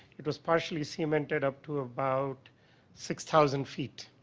it was partially cemented up to about six thousand feet.